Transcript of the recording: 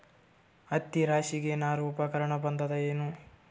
ಹತ್ತಿ ರಾಶಿಗಿ ಏನಾರು ಉಪಕರಣ ಬಂದದ ಏನು?